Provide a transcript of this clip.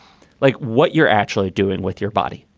like what you're actually doing with your body?